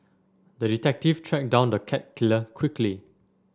the detective tracked down the cat killer quickly